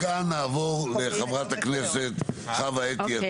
מאה אחוז.